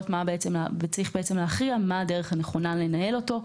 וצריך להכריע מה הדרך הנכונה לנהל אותו,